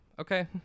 okay